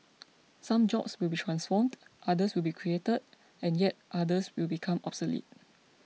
some jobs will be transformed others will be created and yet others will become obsolete